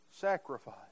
Sacrifice